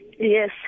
yes